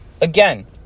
again